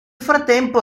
frattempo